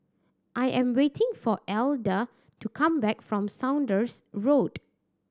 I am waiting for Alida to come back from Saunders Road